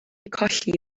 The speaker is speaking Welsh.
colli